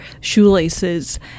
shoelaces